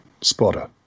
spotter